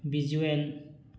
visual